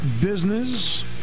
business